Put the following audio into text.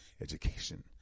education